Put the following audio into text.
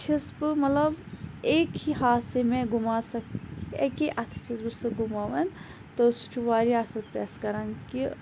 تَتھ چھَس بہٕ مَطلَب ایک ہی ہاتھ سے میں گھُما سک اَکے اَتھٕ چھَس بہٕ سُہ گُماوان تہٕ سُہ چھُ واریاہ اَصل پریٚس کَران کہِ